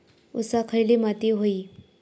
ऊसाक खयली माती व्हयी?